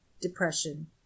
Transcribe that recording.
depression